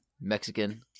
mexican